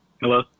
Hello